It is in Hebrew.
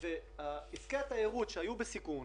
עסקי התיירות שהיו בסיכון.